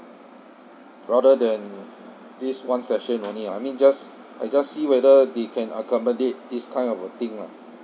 rather than this one session only I mean just I juse see whether they can accommodate this kind of a thing lah